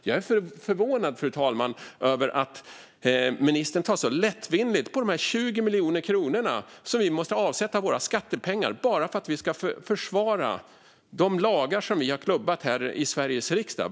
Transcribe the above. Jag är förvånad, fru talman, över att ministern tar så lättvindigt på de 20 miljoner kronor i skattepengar som vi måste avsätta bara för att försvara de lagar som vi har klubbat här i Sveriges riksdag.